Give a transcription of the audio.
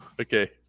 okay